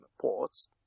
ports